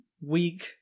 week